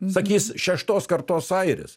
sakys šeštos kartos airis